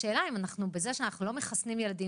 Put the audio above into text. השאלה אם בזה שאנחנו לא מחסנים ילדים,